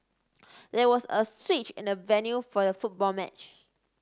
there was a switch in the venue for the football match